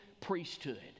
priesthood